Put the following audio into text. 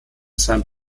seinem